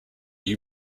you